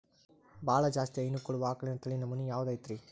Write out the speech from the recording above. ಬಹಳ ಜಾಸ್ತಿ ಹೈನು ಕೊಡುವ ಆಕಳಿನ ತಳಿ ನಮೂನೆ ಯಾವ್ದ ಐತ್ರಿ?